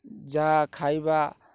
ଯାହା ଖାଇବା